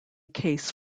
case